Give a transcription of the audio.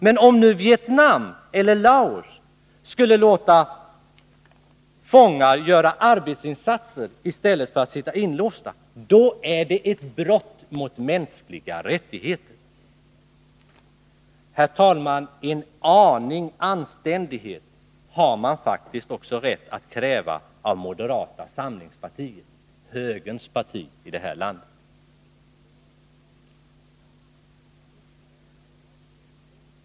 Men om nu Vietnam över Laos skulle låta fångar göra arbetsinsatser i stället för att sitta inlåsta, skulle det vara ett brott mot mänskliga rättigheter. Herr talman! En aning anständighet har man faktiskt rätt att kräva också av moderata samlingspartiet — högerns företrädare i det här landet.